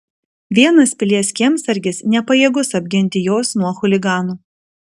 vienas pilies kiemsargis nepajėgus apginti jos nuo chuliganų